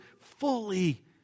fully